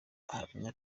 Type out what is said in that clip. ahamya